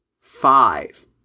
Five